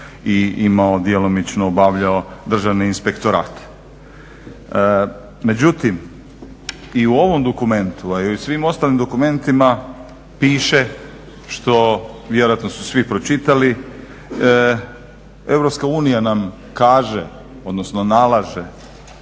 i imao djelomično obavljao Državni inspektorat. Međutim, i u ovom dokumentu a i u svim ostalim dokumentima piše što vjerojatno su svi pročitali Europska unija nam kaže, odnosno nalaže